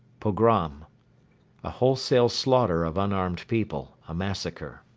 pogrom a wholesale slaughter of unarmed people a massacre.